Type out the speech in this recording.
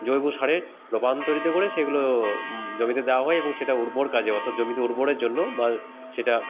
জৈব সারে রূপান্তরিত করে সেগুলো জমিতে দেওয়া হয় এবং সেটা উর্বর কাজে অর্থাৎ জমিতে উর্বরের জন্য বা সেটা